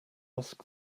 ask